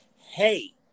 hey